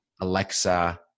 Alexa